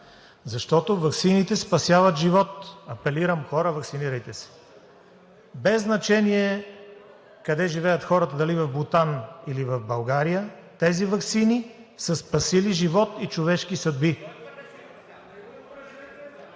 защото ваксините спасяват живот. Апелирам: хора, ваксинирайте се! Без значение къде живеят хората – в Бутан или в България, тези ваксини са спасили живот и човешки съдби.